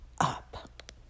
up